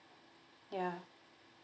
ya